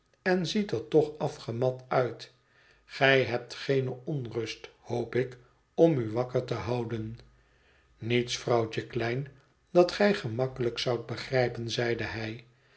en ziet er toch afgemat uit gij hebt geene onrust hoop ik om u wakker te houden niets vrouwtje klein dat gij gemakkelijk zoudt begrijpen zeide hij